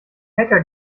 hacker